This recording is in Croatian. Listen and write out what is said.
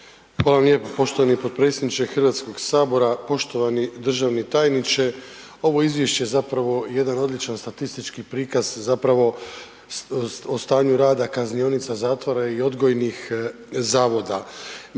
Hvala lijepo poštovani potpredsjedniče HS-a, poštovani državni tajniče. Ovo izvješće je zapravo jedan odličan statistički prikaz zapravo o stanju rada kaznionica, zatvora i odgojnih zavoda.